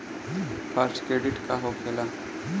Fast credit का होखेला?